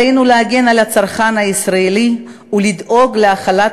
עלינו להגן על הצרכן הישראלי ולדאוג להחלת